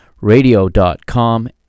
radio.com